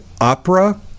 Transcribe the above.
Opera